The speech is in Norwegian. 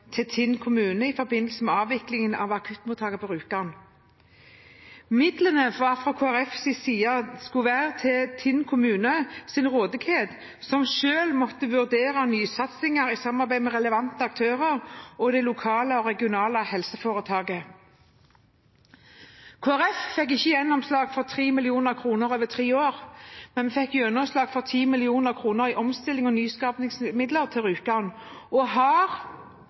til Tinn kommune i forbindelse med avviklingen av akuttmottaket på Rjukan. Midlene fra Kristelig Folkepartis side skulle stå til Tinn kommunes rådighet, som selv måtte vurdere nysatsinger i samarbeid med relevante aktører og det regionale helseforetaket. Vi i Kristelig Folkeparti fikk ikke gjennomslag for 30 mill. kr over tre år, men vi fikk gjennomslag for 10 mill. kr i omstillings- og nyskapingsmidler til Rjukan og har